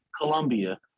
Colombia